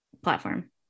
platform